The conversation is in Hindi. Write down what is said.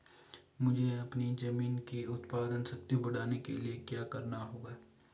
मुझे अपनी ज़मीन की उत्पादन शक्ति बढ़ाने के लिए क्या करना होगा?